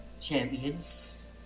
champions